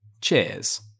Cheers